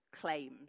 claims